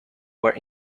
were